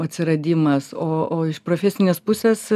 atsiradimas o o iš profesinės pusės